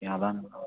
ఎలా